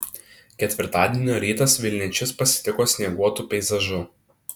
ketvirtadienio rytas vilniečius pasitiko snieguotu peizažu